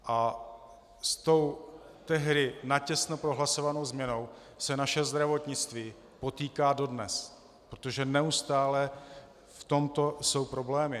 A s tou tehdy natěsno prohlasovanou změnou se naše zdravotnictví potýká dodnes, protože neustále v tomto jsou problémy.